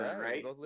right